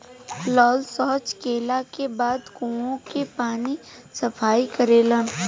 लोग सॉच कैला के बाद कुओं के पानी से सफाई करेलन